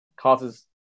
causes